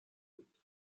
بود